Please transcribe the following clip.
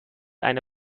eine